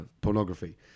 pornography